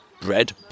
bread